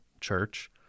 church